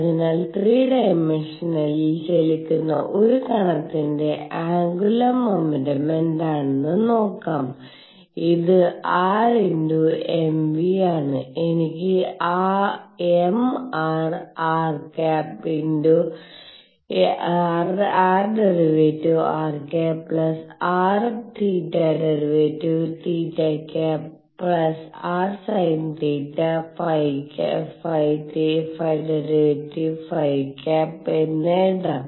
അതിനാൽ 3 ഡൈമൻഷനിൽ ചലിക്കുന്ന ഒരു കണത്തിന്റെ ആന്ഗുലർ മോമെന്റേം എന്താണെന്ന് നോക്കാം ഇത് r × mv ആണ് എനിക്ക് mr r ×r˙ r r θ˙ θ rsinθ ϕ˙ ϕ എന്ന് എഴുതാം